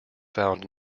found